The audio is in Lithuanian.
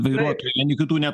vairuotojai vieni kitų ne